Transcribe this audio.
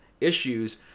issues